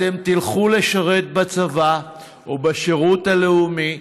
אתם תלכו לשרת בצבא ובשירות הלאומי,